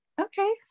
okay